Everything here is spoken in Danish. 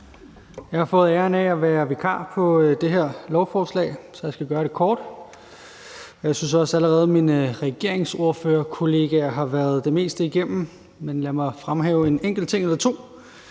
Jeg har fået æren af at være vikar på det her lovforslag, så jeg skal gøre det kort. Jeg synes også allerede, mine regeringsordførerkollegaer har været det meste igennem, men lad mig fremhæve en enkelt ting eller to.